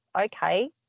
okay